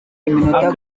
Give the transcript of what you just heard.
iminota